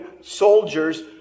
soldiers